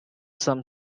some